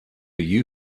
you